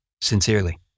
Sincerely